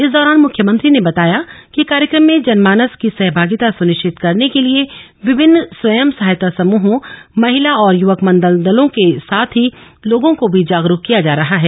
इस दौरान मुख्यमंत्री ने बताया कि कार्यक्रम में जनमानस की सहभागिता सुनिश्चित करने के लिए विभिन्न स्वयं सहायता समूहों महिला और युवक मंगल दलों के साथ ही लोगों को भी जागरूक किया जा रहा है